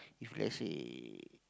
if let's say